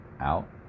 out